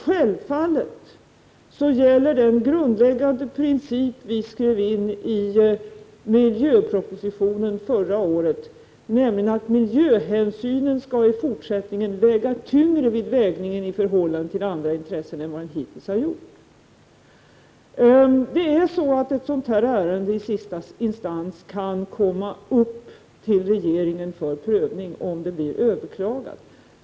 Självfallet gäller den grundläggande princip vi skrev in i miljöpropositionen förra året, nämligen att miljöhänsynen i fortsättningen skall väga tyngre än den hittills har gjort i förhållande till andra intressen. Ett ärende av detta slag kan i sista instans komma upp till regeringen för prövning om beslutet överklagats.